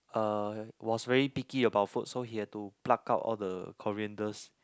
uh was really picky about food so he had to pluck out all the corianders